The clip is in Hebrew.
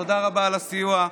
תודה רבה על הסיוע,